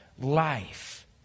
life